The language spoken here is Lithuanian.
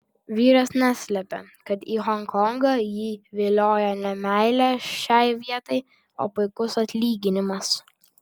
vyras neslepia kad į honkongą jį vilioja ne meilė šiai vietai o puikus atlyginimas